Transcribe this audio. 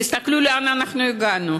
תסתכלו לאן אנחנו הגענו.